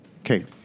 Okay